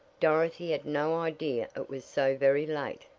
dorothy had no idea it was so very late.